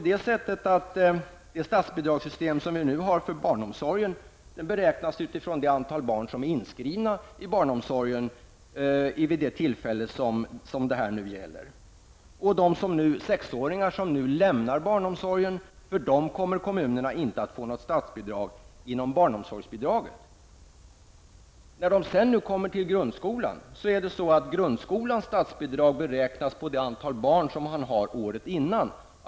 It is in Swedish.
Det statsbidragssystem som vi nu har för barnomsorgen beräknas med utgångspunkt i det antal barn som är inskrivna i barnomsorgen vid det tillfälle som gäller. För de sexåringar som nu lämnar barnomsorgen kommer det inte att utgå något statsbidrag inom barnomsorgsbidraget till kommunerna. När barnen sedan kommer till grundskolan, beräknas statsbidraget till grundskolan på det antal barn som gick i skolan året innan.